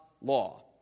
law